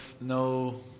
no